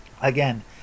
again